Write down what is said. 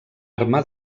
arma